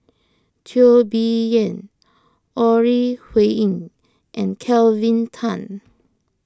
Teo Bee Yen Ore Huiying and Kelvin Tan